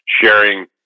sharing